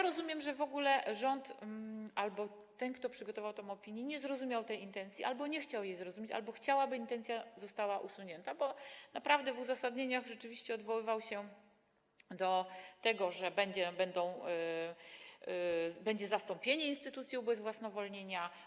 Rozumiem, że w ogóle rząd albo ten, kto przygotował tę opinię, nie zrozumiał tej intencji albo nie chciał jej zrozumieć, albo chciał, aby to zostało usunięte, bo w uzasadnieniach rzeczywiście odwoływał się do tego, że będzie zastąpienie instytucji ubezwłasnowolnienia.